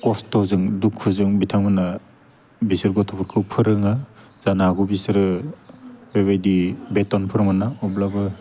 खस्थ'जों दुखुजों बिथांमोनहा बिसोर गथ'फोरखौ फोरोङा जानो हागौ बिसोरो बेबायदि बेथनफोर मोना अब्लाबो